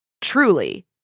truly